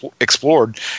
explored